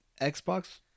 Xbox